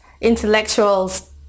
intellectuals